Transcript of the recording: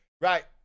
right